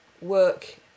work